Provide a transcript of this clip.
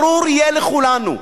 ברור יהיה לכולנו,